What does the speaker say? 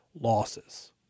losses